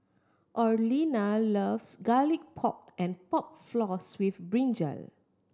Orlena loves Garlic Pork and Pork Floss with brinjal